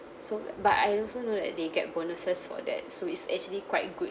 so but I also know that they get bonuses for that so it's actually quite good